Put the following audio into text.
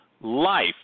life